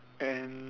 and